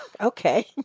Okay